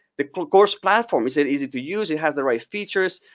the course platform, is it easy to use, you have the right features,